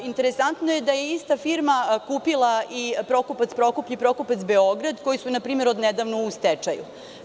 Interesantno je da je ista firma kupila i „Prokupac Prokuplje“ i „Prokupac Beograd“, koji su od nedavno u stečaju.